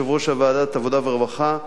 יושב-ראש ועדת עבודה ורווחה,